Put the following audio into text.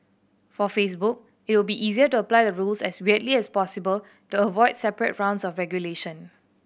for Facebook it will be easier to apply the rules as widely as possible to avoid separate rounds of regulation